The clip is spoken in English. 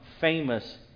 famous